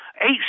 eight